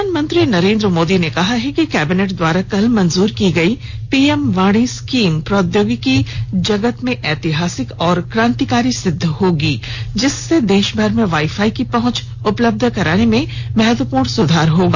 प्रधानमंत्री नरेन्द्र मोदी ने कहा है कि कैबिनेट द्वारा कल मंजूर की गई पीएम वाणी स्कीम प्रौद्योगिकी जगत में ऐतिहासिक और क्रांतिकारी सिद्ध होगी जिससे देश भर में वाई फाई की पहुंच उपलब्ध कराने में महत्वपूर्ण सुधार होगा